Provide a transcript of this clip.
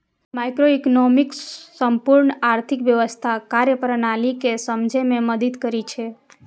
microeconomics संपूर्ण आर्थिक व्यवस्थाक कार्यप्रणाली कें समझै मे मदति करै छै